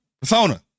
Persona